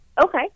okay